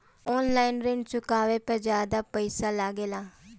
आन line ऋण चुकावे पर ज्यादा पईसा लगेला?